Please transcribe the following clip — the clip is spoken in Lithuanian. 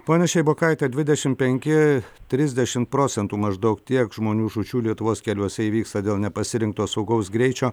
ponia šeibokaite dvidešim penki trisdešim procentų maždaug tiek žmonių žūčių lietuvos keliuose įvyksta dėl nepasirinkto saugaus greičio